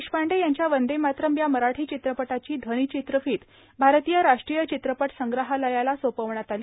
देशपांडे यांच्या वंदे मातरम या मराठी चित्रपटाची द्रर्मिळ ध्वनिचित्रफीत आज भारतीय राष्ट्रीय चित्रपट संग्रहालयाला सोपविण्यात आली